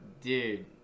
Dude